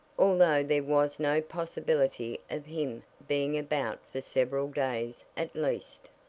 although there was no possibility of him being about for several days, at least.